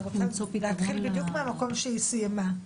אני רוצה להתחיל בדיוק מהמקום שהיא סיימה.